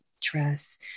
dress